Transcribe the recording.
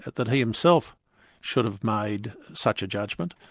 that he himself should have made such a judgment,